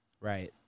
right